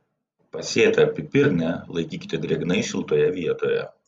pasėtą pipirnę laikykite drėgnai šiltoje vietoje